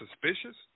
suspicious